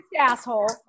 asshole